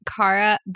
Kara